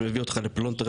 זה מביא אותך לפלונטר,